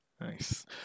Nice